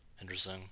Interesting